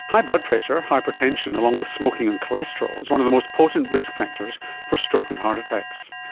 high blood pressure, hypertension, along with smoking and cholesterol, is one of the most potent risk factors for stroke and heart attacks.